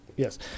Yes